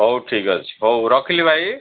ହଉ ଠିକ ଅଛି ହଉ ରଖିଲି ଭାଇ